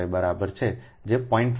575 બરાબર છે જે 0